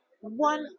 one